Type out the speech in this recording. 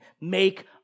make